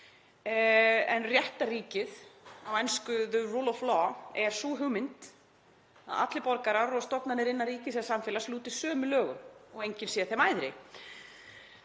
Réttarríkið, á ensku „the rule of law“, er sú hugmynd að allir borgarar og stofnanir innan ríkis og samfélags lúti sömu lögum og enginn sé þeim æðri.